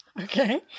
Okay